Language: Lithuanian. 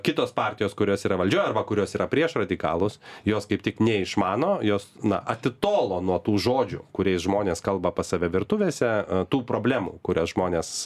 kitos partijos kurios yra valdžioj arba kurios yra prieš radikalus jos kaip tik neišmano jos na atitolo nuo tų žodžių kuriais žmonės kalba pas save virtuvėse tų problemų kurias žmonės